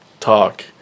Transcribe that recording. talk